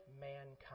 mankind